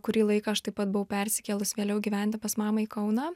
kurį laiką aš taip pat buvau persikėlus vėliau gyventi pas mamą į kauną